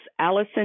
Allison